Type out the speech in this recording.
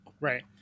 Right